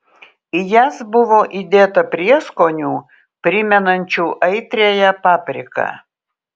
į jas buvo įdėta prieskonių primenančių aitriąją papriką